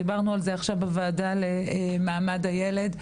דיברנו על זה בוועדה למעמד הילד,